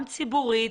גם ציבורית,